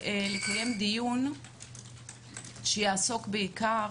הדיון היום יעסוק בעיקר